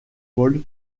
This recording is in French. paul